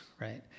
right